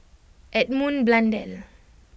Edmund Blundell